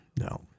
no